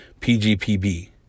PGPB